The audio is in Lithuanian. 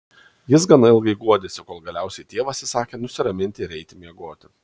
jis gana ilgai guodėsi kol galiausiai tėvas įsakė nusiraminti ir eiti miegoti